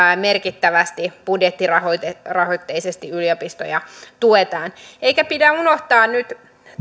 merkittävästi budjettirahoitteisesti yliopistoja tuetaan eikä pidä unohtaa nyt